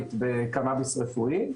טוטלית בקנאביס רפואי.